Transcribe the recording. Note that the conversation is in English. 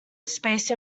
space